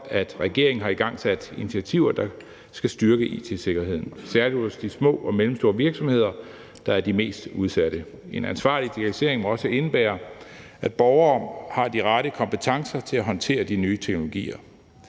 at regeringen har igangsat initiativer, der skal styrke it-sikkerheden, særlig hos de små og mellemstore virksomheder, der er de mest udsatte. En ansvarlig digitalisering må også indebære, at borgere har de rette kompetencer til at håndtere de nye teknologier.